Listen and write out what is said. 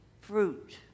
fruit